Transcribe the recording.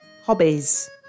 hobbies